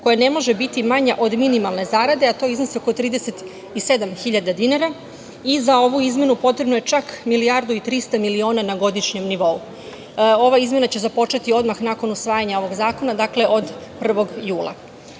koja ne može biti manja od minimalne zarade, a to iznosi oko 37.000 dinara. Za ovu izmenu potrebno je čak 300 miliona na godišnjem nivou. Ova izmena će započeti odmah nakon usvajanja ovog zakona, dakle od 1. jula. Druga